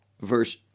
verse